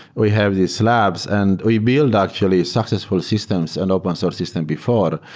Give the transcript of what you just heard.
we have these labs and we build actually successful systems and open source systems before,